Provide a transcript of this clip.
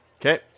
Okay